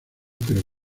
pero